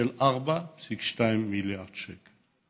של 4.2 מיליארד שקל.